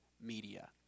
media